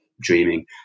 dreaming